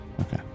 okay